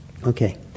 Okay